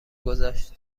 گذشت